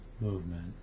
movement